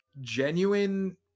genuine